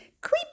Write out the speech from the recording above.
Creep